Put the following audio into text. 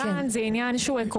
כאן זה שוב עניין עקרוני,